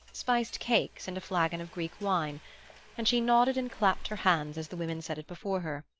spiced cakes and a flagon of greek wine and she nodded and clapped her hands as the women set it before her,